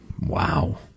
Wow